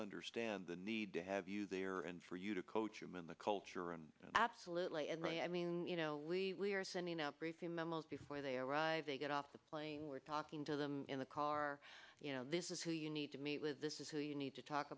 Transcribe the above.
understand the need to have you be here and for you to coach them in the culture and absolutely and i mean you know we're sending out briefing memos before they arrive they get off the plane we're talking to them in the car you know this is who you need to meet with this is who you need to talk